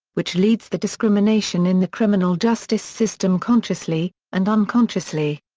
which leads the discrimination in the criminal justice system consciously and unconsciously.